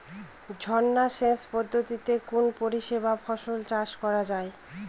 ঝর্না সেচ পদ্ধতিতে কোন পরিবেশে ফসল চাষ করা যায়?